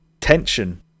tension